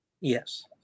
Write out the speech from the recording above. Yes